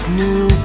new